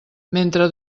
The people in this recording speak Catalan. mentre